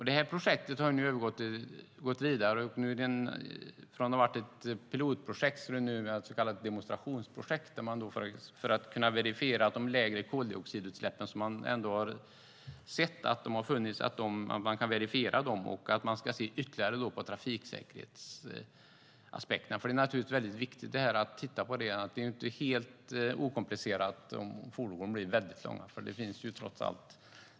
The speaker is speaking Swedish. Detta projekt har nu gått vidare från att ha varit ett pilotprojekt till att vara ett så kallat demonstrationsprojekt, för att verifiera de lägre koldioxidutsläpp som man har konstaterat och för att ytterligare se på trafiksäkerhetsaspekter. Det är naturligtvis viktigt att titta på det, för det är inte helt okomplicerat att fordon blir väldigt långa.